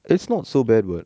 it's not so bad [what]